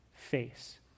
face